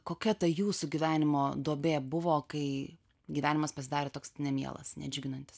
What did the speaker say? kokia ta jūsų gyvenimo duobė buvo kai gyvenimas pasidarė toks nemielas nedžiuginantis